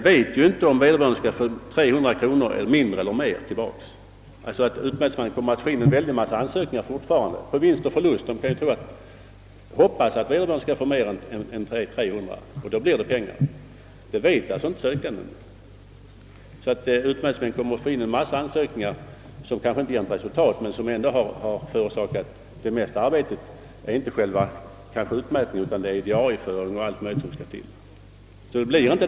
Vidare skall utmätning i enskilt mål få äga rum endast om ansökningen inkommit senast den 1 september och om vad som kan utmätas täcker kostnaderna för förrättningen.